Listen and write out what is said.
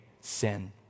sin